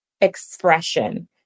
expression